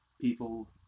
people